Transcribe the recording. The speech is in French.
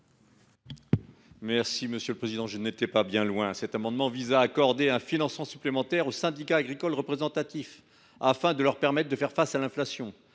: La parole est à M. Daniel Salmon. Cet amendement vise à accorder un financement supplémentaire aux syndicats agricoles représentatifs, afin de leur permettre de faire face à l’inflation.